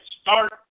start